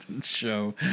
Show